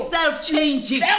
self-changing